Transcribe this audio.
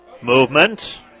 Movement